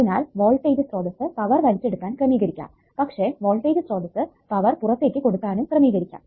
അതിനാൽ വോൾടേജ് സ്രോതസ്സ് പവർ വലിച്ചെടുക്കാൻ ക്രമീകരിക്കാം പക്ഷെ വോൾടേജ് സ്രോതസ്സ് പവർ പുറത്തേക്ക് കൊടുക്കുവാനും ക്രമീകരിക്കാം